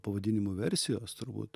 pavadinimų versijos turbūt